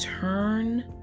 turn